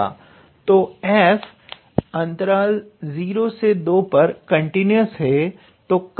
तो f 02 पर continuous है